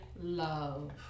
love